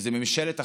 שזו ממשלת אחדות,